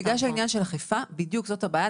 בגלל שזה עניין של אכיפה, זאת הבעיה.